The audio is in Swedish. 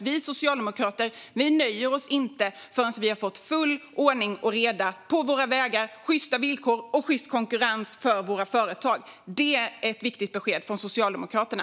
Vi socialdemokrater nöjer oss inte förrän vi har fått full ordning och reda på Sveriges vägar, sjysta villkor och sjyst konkurrens för Sveriges företag. Det är ett viktigt besked från Socialdemokraterna.